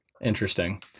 Interesting